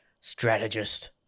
strategist